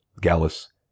Gallus